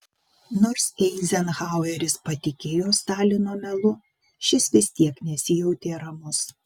nors eizenhaueris patikėjo stalino melu šis vis tiek nesijautė ramus